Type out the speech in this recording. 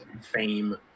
fame